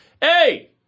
hey